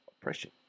oppression